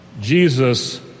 Jesus